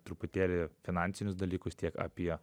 truputėlį finansinius dalykus tiek apie